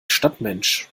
stadtmensch